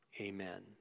amen